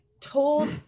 told